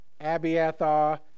Abiathar